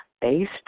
based